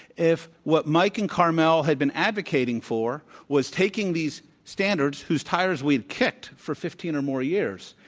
if what mike and carmel had been advocating for, was taking these standards whose tires we've kicked for fifteen or more years,